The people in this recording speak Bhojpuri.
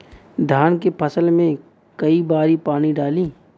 धान के फसल मे कई बारी पानी डाली?